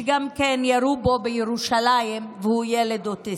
שגם כן ירו בו בירושלים, והוא ילד אוטיסט.